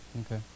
Okay